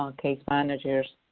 um case managers